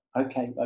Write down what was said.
okay